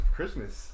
Christmas